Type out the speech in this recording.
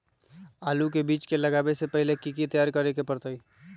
आलू के बीज के लगाबे से पहिले की की तैयारी करे के परतई?